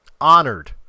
honored